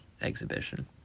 exhibition